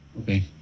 Okay